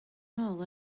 nôl